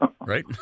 right